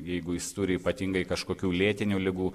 jeigu jis turi ypatingai kažkokių lėtinių ligų